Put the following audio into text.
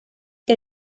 que